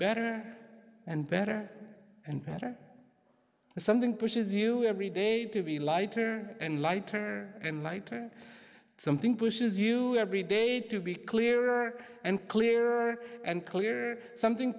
better and better and better and something pushes you every day to be lighter and lighter and lighter something pushes you every day to be clearer and clearer and clearer something